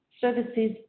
services